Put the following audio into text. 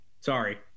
Sorry